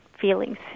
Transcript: feelings